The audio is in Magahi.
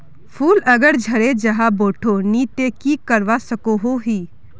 फूल अगर झरे जहा बोठो नी ते की करवा सकोहो ही?